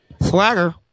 Swagger